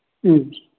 ꯎꯝ